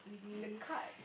the card